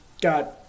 got